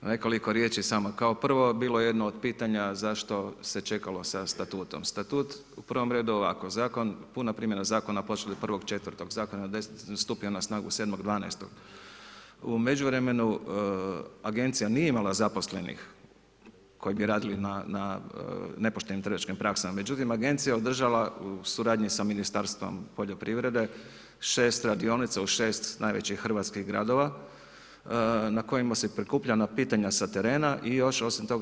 Kao prvo bilo je jedno od pitanja, zašto se čekalo sa statutom, statut, u prvom redu ovako, zakon, puna primjena zakona, počinje od 1.4. zakon je stupio na snagu 7.12. u međuvremenu agencija nije imala zaposlenih koji bi radili na nepoštenim trgovačkim praksama, međutim, agencija je održala u suradnji s Ministarstvom poljoprivrede, 6 radionica u 6 najvećih hrvatskih gradova, na kojima se prikuplja na pitanja sa terena i još osim toga.